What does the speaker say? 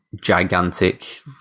gigantic